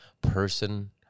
person